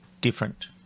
different